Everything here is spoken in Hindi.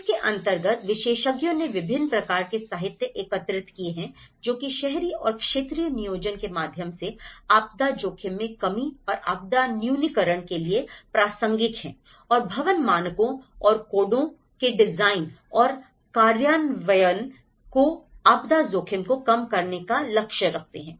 इसके अंतर्गत विशेषज्ञों ने विभिन्न प्रकार के साहित्य एकत्र किए हैं जो कि शहरी और क्षेत्रीय नियोजन के माध्यम से आपदा जोखिम में कमी और आपदा न्यूनीकरण के लिए प्रासंगिक हैं और भवन मानकों और कोडों के डिजाइन और कार्यान्वयन जो आपदा जोखिम को कम करने का लक्ष्य रखते हैं